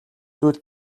зүйл